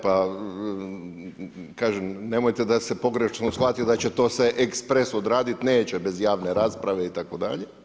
Pa kažem nemojte da se pogrešno shvati da će to se ekspres odraditi, neće bez javne rasprave itd.